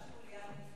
--- צרויה שלו,